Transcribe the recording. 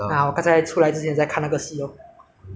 所以这些就是做一些东西来打发时间 lor